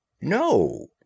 No